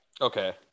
Okay